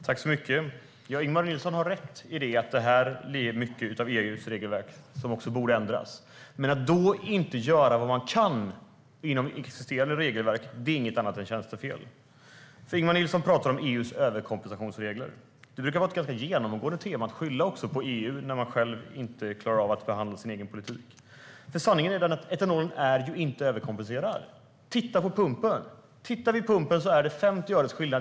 Herr talman! Ingemar Nilsson har rätt i att det här till stor del beror på EU:s regelverk, vilket borde ändras. Men att då inte göra vad man kan inom existerande regelverk är inget annat än tjänstefel. Ingemar Nilsson pratar om EU:s överkompensationsregler. Det brukar vara ett genomgående tema att man skyller på EU när man själv inte klarar av att behandla sin politik. Sanningen är att etanolen inte är överkompenserad. Titta vid pumpen! Det är 50 öres skillnad.